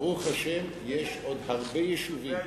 ברוך השם, יש עוד הרבה יישובים